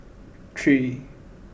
three